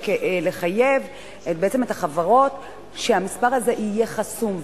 לחייב בעצם את החברות שהמספר הזה יהיה חסום,